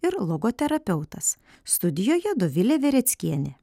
ir logoterapeutas studijoje dovilė vereckienė